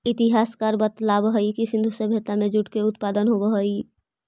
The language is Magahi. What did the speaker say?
इतिहासकार बतलावऽ हई कि सिन्धु सभ्यता में भी जूट के उत्पादन होवऽ हलई